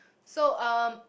so um